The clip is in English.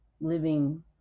living